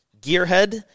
gearhead